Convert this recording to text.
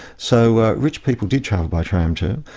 so rich people did travel by tram too.